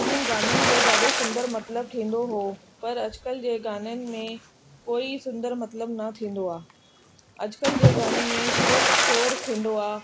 उन गाननि जो ॾाढो सुंदर मतिलबु थींदो हो पर अॼुकल्ह जे गाननि में कोई सुंदर मतिलबु न थींदो आहे अॼुकल्ह जे गाननि में सिर्फ़ शोर थींदो आहे